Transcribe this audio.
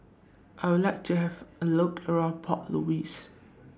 I Would like to Have A Look around Port Louis